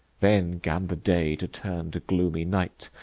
then gan the day to turn to gloomy night,